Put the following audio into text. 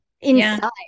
inside